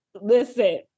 Listen